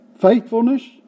faithfulness